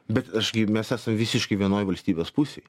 bet aš gi mes esam visiški vienoj valstybės pusėj